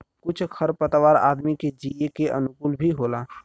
कुछ खर पतवार आदमी के जिये के अनुकूल भी होला